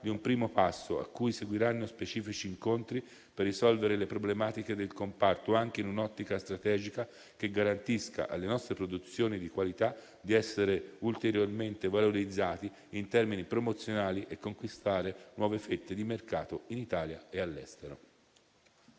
di un primo passo al quale seguiranno specifici incontri per risolvere le problematiche del comparto anche in un'ottica strategica che garantisca alle nostre produzioni di qualità di essere ulteriormente valorizzate in termini promozionali e conquistare nuove fette di mercato in Italia e all'estero.